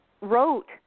wrote